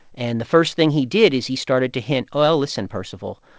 and the first thing he did is he started to hint, well, listen, percival.